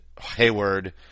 Hayward